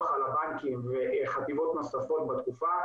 על הבנקים וחטיבות נוספות עשו בתקופה.